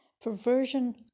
perversion